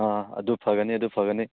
ꯑꯥ ꯑꯗꯨ ꯐꯒꯅꯤ ꯑꯗꯨ ꯐꯒꯅꯤ